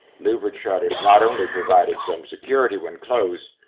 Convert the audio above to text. louvered shutters not only provided some security when closed,